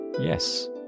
Yes